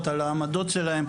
איפה ה-50% האחרים היו?